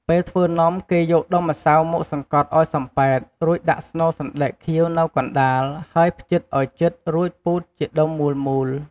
ពេលធ្វើនំ គេយកដុំម្សៅមកសង្កត់ឱ្យសំប៉ែត រួចដាក់ស្នូលសណ្ដែកខៀវនៅកណ្តាល ហើយភ្ជិតឱ្យជិត រួចពូតជាដុំមូលៗ។